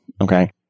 okay